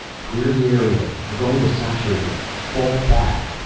clear the area. we're going to saturate it. fall back.